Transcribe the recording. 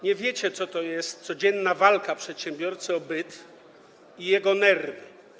Nie wiecie, co to jest codzienna walka przedsiębiorcy o byt i jego nerwy.